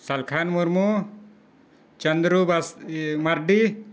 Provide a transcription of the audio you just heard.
Salkhan Murmu Chondru Mardi